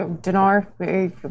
Dinar